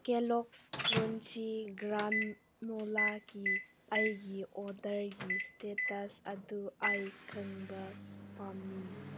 Kellogg's crunchy ꯒ꯭ꯔꯥꯥꯟꯅꯣꯂꯥꯒꯤ ꯑꯩꯒꯤ ꯑꯣꯔꯗꯔꯒꯤ ꯏꯁꯇꯦꯇꯁ ꯑꯗꯨ ꯑꯩ ꯈꯪꯕ ꯄꯥꯝꯃꯤ